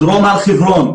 דרום הר חברון.